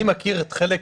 אני מכיר חלק,